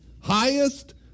highest